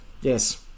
yes